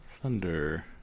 Thunder